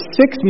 six